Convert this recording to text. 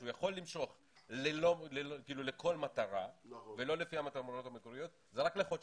שהוא יכול למשוך לכל מטרה ולא לפי המטרות המקוריות וזה רק לחודשיים.